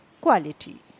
quality